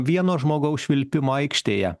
vieno žmogaus švilpimo aikštėje